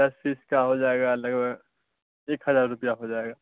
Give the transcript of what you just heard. دس piece کا ہو جائے گا لگ بھگ ایک ہزار روپیہ ہو جائے گا